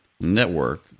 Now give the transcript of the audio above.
network